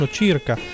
circa